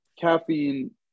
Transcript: caffeine